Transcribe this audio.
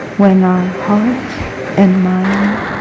when our heart and mind